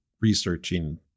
researching